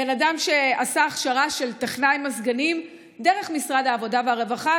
בן אדם שעשה הכשרה של טכנאי מזגנים דרך משרד העבודה והרווחה,